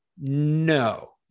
No